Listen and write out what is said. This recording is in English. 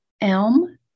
elm